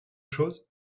chose